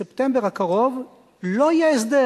בספטמבר הקרוב לא יהיה הסדר.